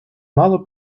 мало